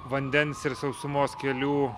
vandens ir sausumos kelių